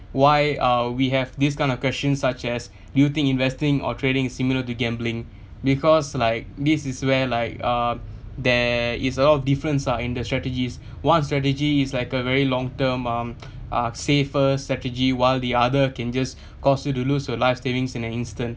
why uh we have this kind of questions such as do you think investing or trading is similar to gambling because like this is where like uh there is a lot of difference ah in the strategies one strategy is like a very long term um uh safer strategy while the other can just cause you to lose your life savings in an instant